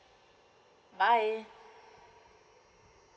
bye